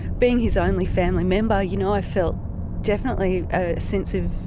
being his only family member, you know i felt definitely a sense of,